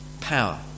power